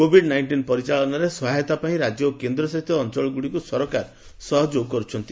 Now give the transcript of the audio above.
Covid nineteen ପରିଚାଳନାରେ ସହାୟତା ପାଇଁ ରାଜ୍ୟ ଓ କେନ୍ଦ୍ରଶାସିତ ଅଞ୍ଚଳଗୁଡ଼ିକୁ ସରକାର ସହାୟତା କରୁଛନ୍ତି